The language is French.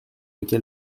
lequel